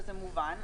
וזה מובן.